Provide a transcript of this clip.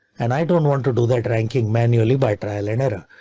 and i don't want to do that ranking manually by trial and error,